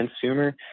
consumer